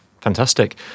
Fantastic